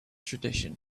tradition